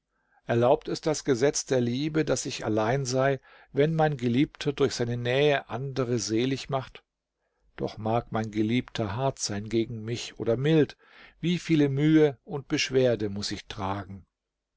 erlaubt es das gesetz der liebe daß ich allein sei wenn mein geliebter durch seine nähe andere selig macht doch mag mein geliebter hart sein gegen mich oder mild wie viele mühe und beschwerde muß ich tragen